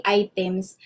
items